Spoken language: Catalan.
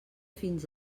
fins